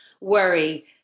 worry